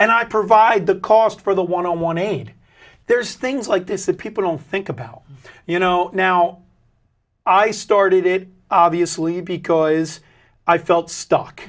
and i provide the cost for the one on one aide there's things like this that people don't think about you know now i started it obviously because i felt stuck